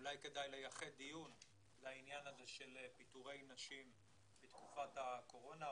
אולי כדאי לייחד דיון לעניין של פיטורי נשים בתקופת הקורונה,